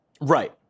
Right